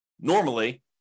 normally